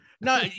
No